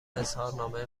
اظهارنامه